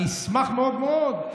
אני אשמח מאוד מאוד.